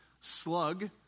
slug